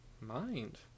mind